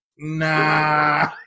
Nah